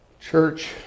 Church